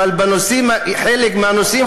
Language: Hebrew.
אבל חלק מהנושאים,